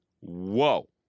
Whoa